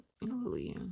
hallelujah